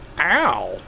Ow